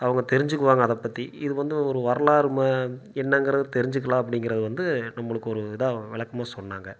அவங்க தெரிஞ்சுக்குவாங்க அதை பற்றி இது வந்து ஒரு வரலாறு ம என்னங்கிறதை தெரிஞ்சுக்கலாம் அப்படிங்கிறது வந்து நம்மளுக்கு ஒரு இதாக விளக்கமா சொன்னாங்க